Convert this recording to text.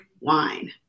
wine